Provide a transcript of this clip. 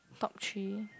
top three